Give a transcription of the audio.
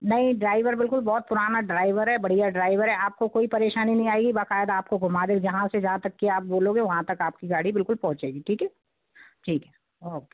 नहीं ड्राइवर बिल्कुल बहोत पुराना ड्राइवर है बढ़िया ड्राइवर है आपको कोई परेशानी नहीं आएगी बक़ायदा आपको घुमा देगा जहाँ से जहाँ तक के आप बोलोगे वहाँ तक आपकी गाड़ी बिल्कुल पहुंचेगी ठीक है ठीक है ओके